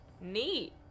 Neat